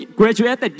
graduated